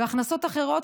והכנסות אחרות,